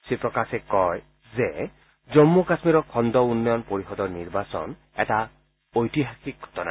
শ্ৰীপ্ৰকাশে কয় যে জন্মু কাশ্মীৰৰ খণ্ড উন্নয়ন পৰিষদৰ নিৰ্বাচন এটা ঐতিহাসিক ঘটনা